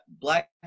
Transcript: black